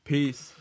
Peace